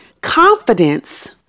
confidence